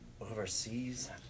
Overseas